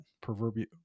proverbial